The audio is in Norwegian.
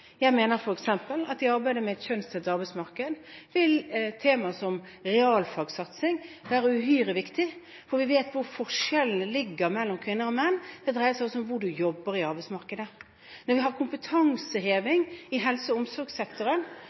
Jeg mener f.eks. at i arbeidet med et kjønnsdelt arbeidsmarked vil et tema som realfagsatsing være uhyre viktig, for vi vet hvor forskjellene ligger mellom kvinner og menn. Det dreier seg også om hvor man jobber i arbeidsmarkedet. Når vi har kompetanseheving i helse- og omsorgssektoren,